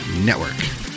network